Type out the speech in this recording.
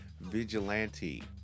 vigilante